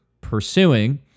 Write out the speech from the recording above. pursuing